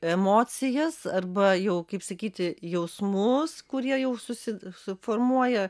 emocijas arba jau kaip sakyti jausmus kurie jau susiformuoja